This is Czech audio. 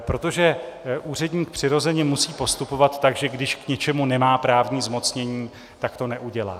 Protože úředník přirozeně musí postupovat tak, že když k něčemu nemá právní zmocnění, tak to neudělá.